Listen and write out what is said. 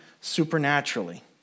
supernaturally